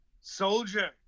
Soldier